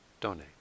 donate